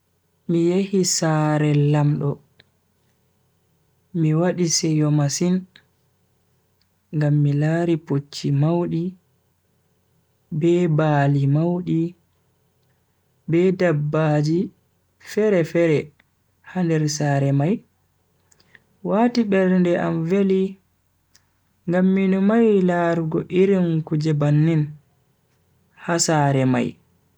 Mi yehi sare lamdo mi wadi seyo masin ngam mi lari pucci maudi be baali maudi be dabbaji fere-fere ha nder sare mai. wati bernde am veli ngam mi numai larugo irin kuje bannin ha sare mai.